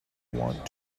want